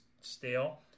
stale